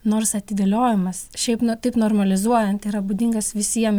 nors atidėliojimas šiaip nu taip normalizuojant yra būdingas visiem